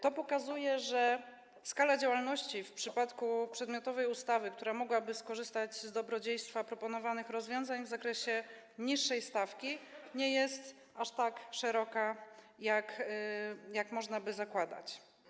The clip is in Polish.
To pokazuje, że skala działalności w przypadku przedmiotowej ustawy, która mogłaby skorzystać z dobrodziejstwa proponowanych rozwiązań w zakresie niższej stawki, nie jest aż tak szeroka, jak można by zakładać.